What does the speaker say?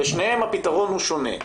לשניהם הפתרון הוא שונה.